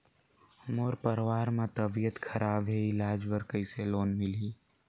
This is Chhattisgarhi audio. मोर परवार मे तबियत खराब हे इलाज बर कइसे लोन मिलही?